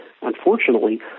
unfortunately